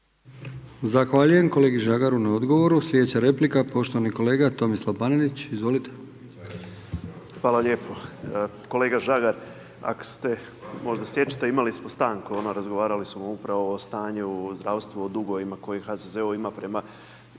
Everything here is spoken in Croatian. Zahvaljujem kolegi Žagar u na odgovoru. Sljedeća replika poštovani kolega Tomislav Panenić. Izvolite. **Panenić, Tomislav (MOST)** Hvala lijepo. Kolega Žagar, ako se možda sjećate, imali smo stanku, razgovarali smo upravo o stanju, o zdravstvu o dugovima koji HZZO ima prema